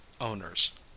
owners